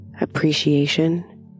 appreciation